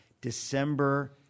December